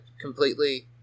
completely